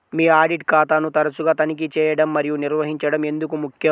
మీ audit ఖాతాను తరచుగా తనిఖీ చేయడం మరియు నిర్వహించడం ఎందుకు ముఖ్యం?